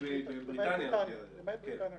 למעט בריטניה.